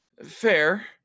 Fair